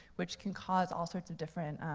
which can cause all sorts of different